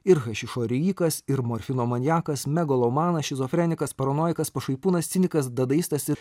ir hašišo rijikas ir morfino maniakas megolomana šizofrenikas paranojikas pašaipūnas cinikas dadaistas ir